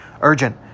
Urgent